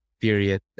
period